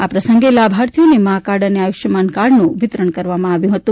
આ પ્રસંગે લાભાર્થીઓને માં કાર્ડ તથા આયુષ્યમાન કાર્ડનું વિતરણ કરવામાં આવ્યું હતું